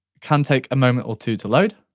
can take a moment or two to load.